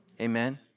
Amen